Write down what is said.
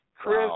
Chris